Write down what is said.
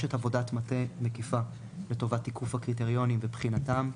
נדרשת עבודת מטה מקיפה לטובת תיקוף הקריטריונים ובחינתם.